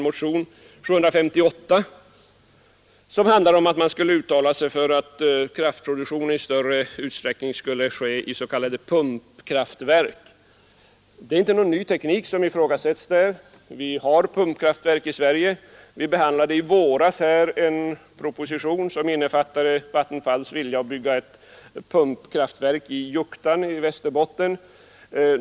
Motionen nr 758 handlar om att riksdagen skulle uttala sig för att kraftproduktionen i större utsträckning skulle ske i s.k. pumpkraftverk. Det är inte någon ny teknik som ifrågasätts där. Vi har pumpkraftverk i Sverige. I våras behandlade vi en proposition som innefattade Vattenfalls önskan att bygga ett pumpkraftverk i Juktan i Västerbotten.